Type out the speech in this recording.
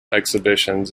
exhibitions